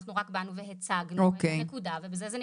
אנחנו רק באנו והצגנו את הנקודה ובזה זה נגמר.